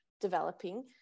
developing